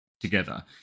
together